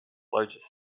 largest